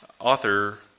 author